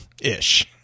Ish